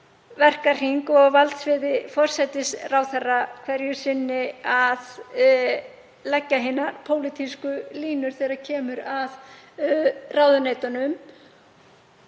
verkahring og á valdsviði forsætisráðherra hverju sinni að leggja hinar pólitísku línur þegar kemur að ráðuneytunum.